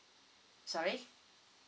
sorry